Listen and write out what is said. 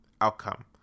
outcome